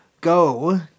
go